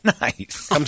Nice